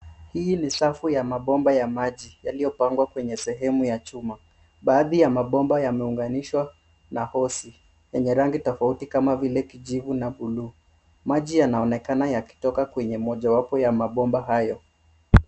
Ni safu ya mabomba ya maji yaliyopangwa kwenye sehemu ya chuma. Baadhi ya mabomba yameunganishwa na hosi yenye rangi tofauti kama vile kijivu na buluu. Maji yanaonekana yakitoka kwenye mojawapo ya mabomba hayo.